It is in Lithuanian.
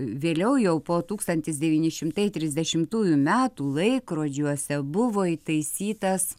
vėliau jau po tūkstantis devyni šimtai trisdešimtųjų metų laikrodžiuose buvo įtaisytas